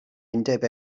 undeb